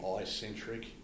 eye-centric